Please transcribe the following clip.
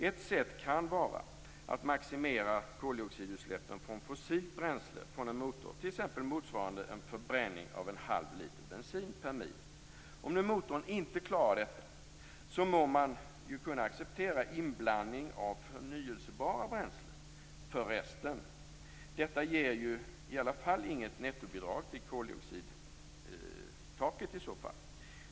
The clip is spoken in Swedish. Ett sätt kan vara att maximera koldioxidutsläppen för fossilt bränsle från en motor t.ex. motsvarande en förbränning av halv liter bensin per mil. Om nu motorn inte klarar detta må man kunna acceptera inblandning av förnybara bränslen för resten. Detta ger i alla fall inget nettobidrag till koldioxidtaket.